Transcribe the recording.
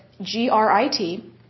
G-R-I-T